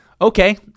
okay